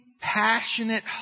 passionate